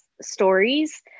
stories